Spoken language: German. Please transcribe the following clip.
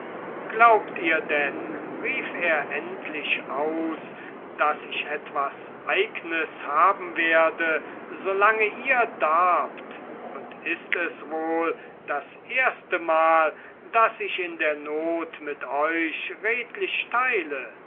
glaubt ihr denn rief er endlich aus daß ich etwas eignes haben werde solange ihr darbt und ist es wohl das erste mal daß ich in der not mit euch redlich teile